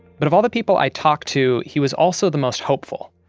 but of all the people i talked to, he was also the most hopeful,